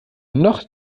noch